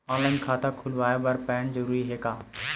Online खाता खुलवाय बर पैन जरूरी हे का?